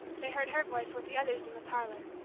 they heard her voice with the others in the parlor.